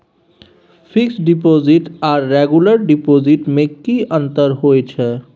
Fix deposit आर regular deposit में की अंतर होय छै?